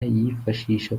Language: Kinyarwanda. yifashisha